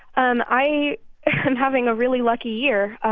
and i am having a really lucky year.